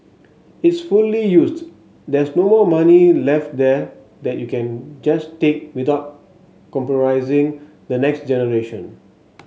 it's fully used there's no more money left there that you can just take without compromising the next generation